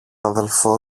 αδελφό